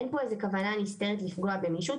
אין פה איזו כוונה נסתרת לפגוע במישהו,